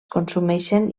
consumeixen